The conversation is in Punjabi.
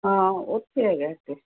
ਹਾਂ ਉਥੇ ਹੈਗਾ ਇੱਕ